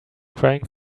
crying